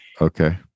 Okay